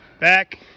back